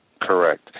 Correct